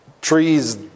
trees